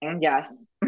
Yes